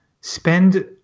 spend